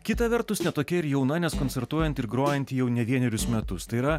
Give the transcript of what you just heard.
kita vertus ne tokia ir jauna nes koncertuojanti ir grojanti jau ne vienerius metus tai yra